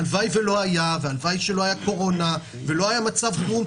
הלוואי ולא הייתה קורונה ולא היה מצב חירום,